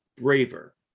braver